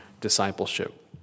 discipleship